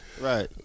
right